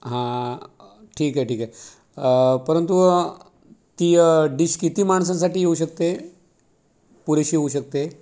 हा ठीक आहे ठीक आहे परंतु ती डीश किती माणसांसाठी येऊ शकते पुरेशी होऊ शकते